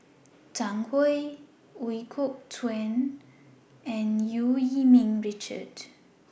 Zhang Hui Ooi Kok Chuen and EU Yee Ming Richard